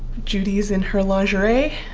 judy's in her lingerie,